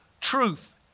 Truth